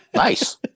Nice